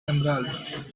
emerald